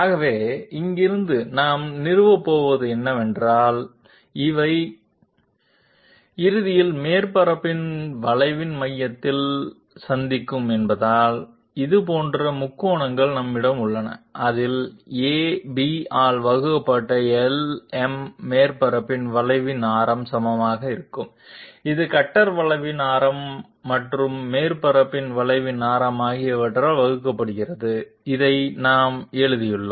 ஆகவே இங்கிருந்து நாம் நிறுவப் போவது என்னவென்றால் இவை இறுதியில் மேற்பரப்பின் வளைவின் மையத்தின் மையத்தில் சந்திக்கும் என்பதால் இதேபோன்ற முக்கோணங்கள் நம்மிடம் உள்ளன இதில் AB ஆல் வகுக்கப்பட்ட LM மேற்பரப்பின் வளைவின் ஆரம் சமமாக இருக்கும் இது கட்டர் வளைவின் ஆரம் மற்றும் மேற்பரப்பின் வளைவின் ஆரம் ஆகியவற்றால் வகுக்கப்படுகிறது இதை நாம் எழுதியுள்ளோம்